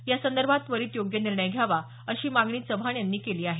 यासंदर्भात त्वरीत योग्य निर्णय घ्यावा अशी मागणी चव्हाण यांनी केली आहे